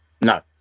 No